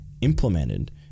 implemented